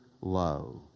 low